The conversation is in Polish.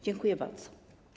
Dziękuję bardzo.